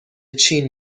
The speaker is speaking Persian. چین